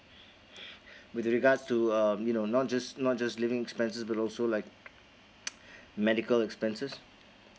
with the regards to um you know not just not just living expenses but also like medical expenses